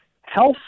health